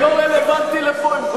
זה לא רלוונטי לפה,